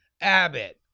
Abbott